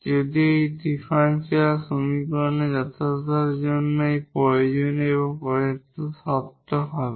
যদি এটি একটি ডিফারেনশিয়াল সমীকরণের যথার্থতার জন্য একটি প্রয়োজনীয় এবং পর্যাপ্ত শর্ত হবে